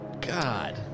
God